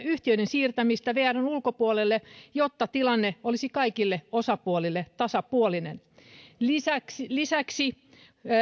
yhtiöiden siirtämistä vrn ulkopuolelle jotta tilanne olisi kaikille osapuolille tasapuolinen lisäksi lisäksi